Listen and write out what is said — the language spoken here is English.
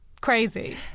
crazy